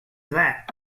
that